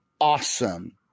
awesome